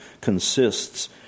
consists